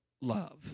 love